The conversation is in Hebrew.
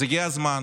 אז הגיע הזמן